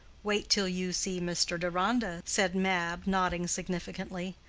wait till you see mr. deronda, said mab, nodding significantly.